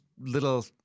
little